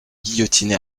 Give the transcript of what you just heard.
guillotiné